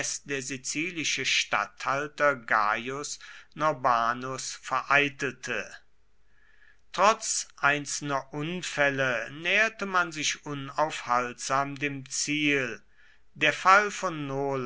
der sizilische statthalter gaius norbanus vereitelte trotz einzelner unfälle näherte man sich unaufhaltsam dem ziel der fall von